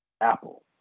Apple